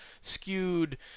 skewed